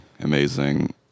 Amazing